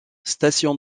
station